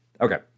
Okay